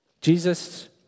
Jesus